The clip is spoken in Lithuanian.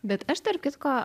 bet aš tarp kitko